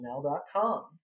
gmail.com